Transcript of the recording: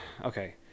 Okay